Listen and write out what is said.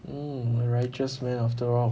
oo righteous man after all